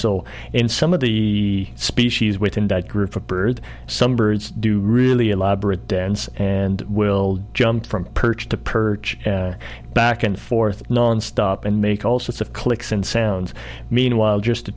so in some of the species within that group of birds some birds do really elaborate dance and will jump from perch to perch back and forth nonstop and make all sorts of clicks and sounds meanwhile just to